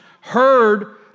heard